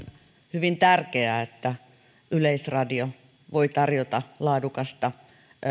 hyvin tärkeää että yleisradio voi tarjota laadukasta